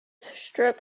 strip